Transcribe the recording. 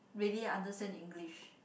ready understand English